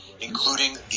including